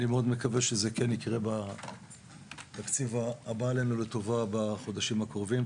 אני מקווה מאוד שזה כן יקרה בתקציב הבא עלינו לטובה בחודשים הקרובים.